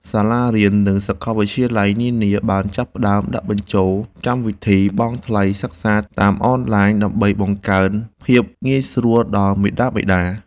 សាលារៀន និងសកលវិទ្យាល័យនានាបានចាប់ផ្តើមដាក់បញ្ចូលកម្មវិធីបង់ថ្លៃសិក្សាតាមអនឡាញដើម្បីបង្កើនភាពងាយស្រួលដល់មាតាបិតា។